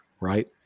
right